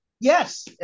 yes